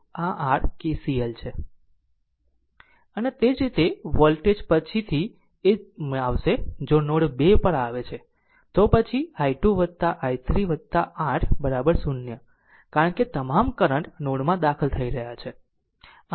અને તે જ રીતે વોલ્ટેજ પછીથી એ જ રીતે આવશે જો નોડ 2 પર આવે છે તો પછી i 2 i3 8 0 કારણ કે તમામ કરંટ નોડ માં દાખલ થઈ રહ્યા છે